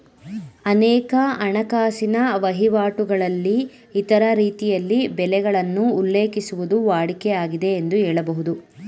ಅನೇಕ ಹಣಕಾಸಿನ ವಹಿವಾಟುಗಳಲ್ಲಿ ಇತರ ರೀತಿಯಲ್ಲಿ ಬೆಲೆಗಳನ್ನು ಉಲ್ಲೇಖಿಸುವುದು ವಾಡಿಕೆ ಆಗಿದೆ ಎಂದು ಹೇಳಬಹುದು